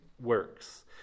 works